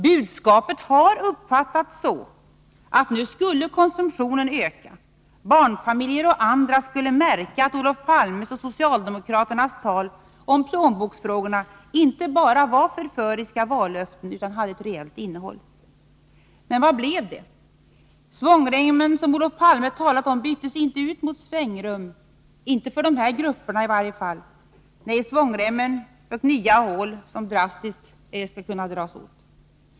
Budskapet har uppfattats så, att nu skulle konsumtionen öka, barnfamiljer och andra skulle märka att Olof Palmes och socialdemokraternas tal om plånboksfrågorna inte bara var förföriska vallöften utan hade ett reellt innehåll. Men vad blev det? Svångremmen som Olof Palme talat om byttes inte ut mot svängrum, i varje fall inte för de här grupperna — nej, svångremmen fick nya hål för att drastiskt kunna dras åt.